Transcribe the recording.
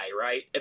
right